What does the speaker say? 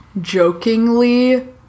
jokingly